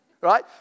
right